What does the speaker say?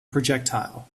projectile